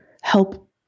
help